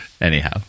Anyhow